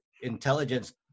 intelligence